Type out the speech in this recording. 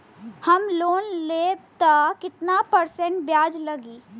हम लोन लेब त कितना परसेंट ब्याज लागी?